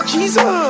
Jesus